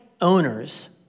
owners